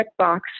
checkbox